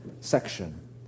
section